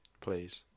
please